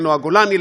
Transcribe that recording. לנעה גולני,